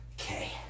Okay